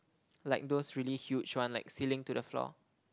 like those really huge one like ceiling to the floor